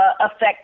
affect